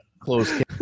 Close